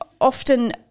often